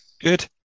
good